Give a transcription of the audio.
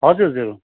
हजुर हजुर